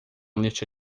lista